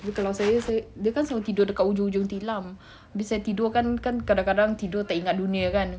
tapi kalau saya dia kan selalu tidur dekat hujung-hujung tilam habis saya tidur kan kan kadang-kadang tidur tak ingat dunia kan